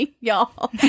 y'all